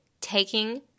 taking